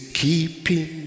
keeping